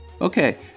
Okay